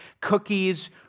cookies